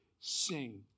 sing